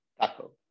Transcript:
Taco